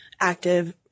active